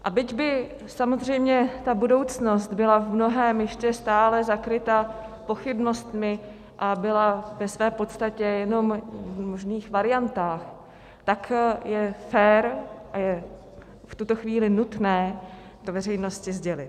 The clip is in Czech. A byť by samozřejmě ta budoucnost byla v mnohém ještě stále zakrytá pochybnostmi a byla ve své podstatě jenom v možných variantách, tak je fér a je v tuto chvíli nutné to veřejnosti sdělit.